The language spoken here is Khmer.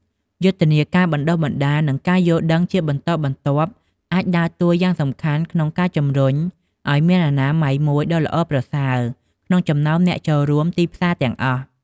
យុទ្ធនាការបណ្ដុះបណ្ដាល និងការយល់ដឹងជាបន្តបន្ទាប់ អាចដើរតួនាទីយ៉ាងសំខាន់ក្នុងការជំរុញឲ្យមានអនាម័យមួយដ៏ល្អប្រសើរក្នុងចំណោមអ្នកចូលរួមទីផ្សារទាំងអស់។